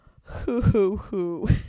hoo-hoo-hoo